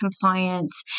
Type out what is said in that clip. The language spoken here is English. compliance